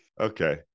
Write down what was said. okay